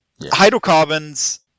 hydrocarbons